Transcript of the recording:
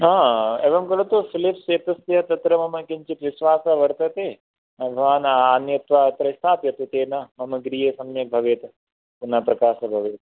हा एवं खलु तु फ़िलिप्स् एतस्य तत्र मम किञ्चित् विश्वासः वर्तते भवान् आनीय अत्र स्थापयतु तेन गृहे सम्यक् भवेत् पुनः प्रकाश भवेत्